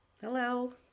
Hello